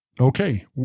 Okay